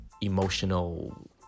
emotional